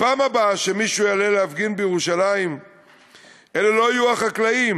בפעם הבאה שמישהו יעלה להפגין בירושלים זה לא יהיההחקלאים.